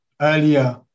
earlier